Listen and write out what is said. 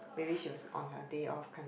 maybe she was on her day off kind a